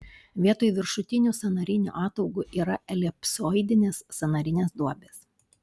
vietoj viršutinių sąnarinių ataugų yra elipsoidinės sąnarinės duobės